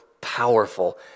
powerful